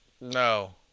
No